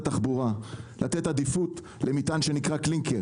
התחבורה לתת עדיפות למטען שנקרא קלינקר